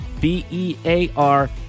b-e-a-r